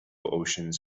oceans